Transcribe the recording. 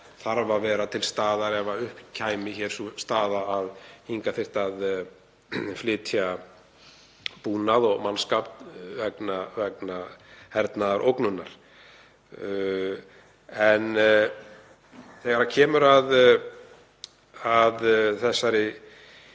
þarf að vera til staðar ef upp kæmi sú staða að hingað þyrfti að flytja búnað og mannskap vegna hernaðarógnar. Þegar kemur að þessum